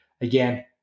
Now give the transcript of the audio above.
Again